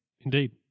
Indeed